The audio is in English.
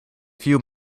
few